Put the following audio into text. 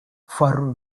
for